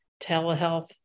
telehealth